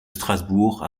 strasbourg